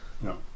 No